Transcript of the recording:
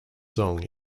song